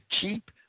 keep